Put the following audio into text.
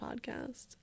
podcast